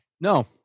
No